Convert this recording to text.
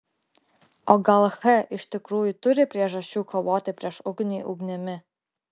o gal h iš tikrųjų turi priežasčių kovoti prieš ugnį ugnimi